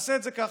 תעשה את זה ככה.